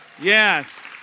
yes